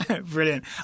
Brilliant